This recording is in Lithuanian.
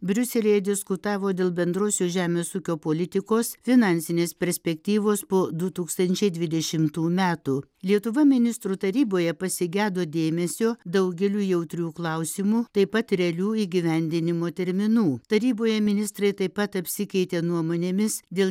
briuselyje diskutavo dėl bendrosios žemės ūkio politikos finansinės perspektyvos po du tūkstančiai dvidešimtų metų lietuva ministrų taryboje pasigedo dėmesio daugeliui jautrių klausimų taip pat realių įgyvendinimo terminų taryboje ministrai taip pat apsikeitė nuomonėmis dėl